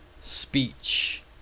speech